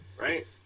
Right